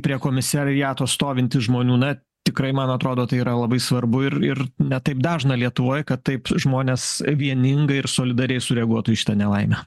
prie komisariato stovintis žmonių na tikrai man atrodo tai yra labai svarbu ir ir ne taip dažna lietuvoj kad taip žmonės vieningai ir solidariai sureaguotų į šitą nelaimę